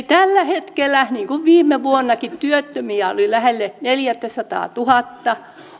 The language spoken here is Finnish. tällä hetkellä niin kuin viime vuonnakin työttömiä on lähelle neljäsataatuhatta